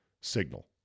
signal